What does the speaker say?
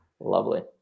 Lovely